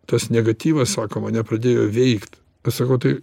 tas negatyvas sako mane pradėjo veikt aš sakau tai